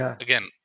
again